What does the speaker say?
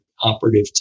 operative